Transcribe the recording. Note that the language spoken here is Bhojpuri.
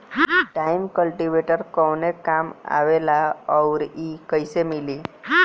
टाइन कल्टीवेटर कवने काम आवेला आउर इ कैसे मिली?